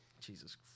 Jesus